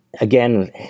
again